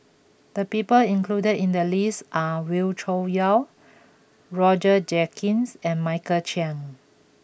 the people included in the list are Wee Cho Yaw Roger Jenkins and Michael Chiang